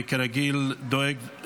וכרגיל הוא דואג,